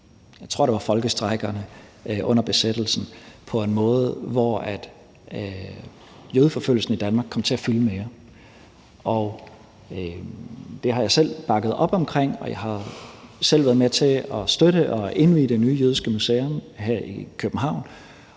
jeg tror, det var folkestrejkerne under besættelsen, på en måde, hvor jødeforfølgelsen i Danmark kom til at fylde mere. Det har jeg selv bakket op om, og jeg har selv været med til at støtte og indvi det nye jødiske museum her i København